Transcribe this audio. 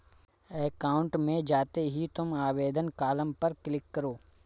account में जाते ही तुम आवेदन कॉलम पर क्लिक करो